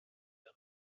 der